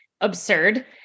absurd